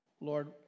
Lord